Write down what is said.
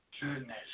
Goodness